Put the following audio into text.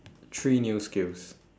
three new skills